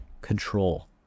control